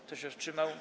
Kto się wstrzymał?